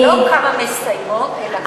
לא כמה מסיימות אלא כמה,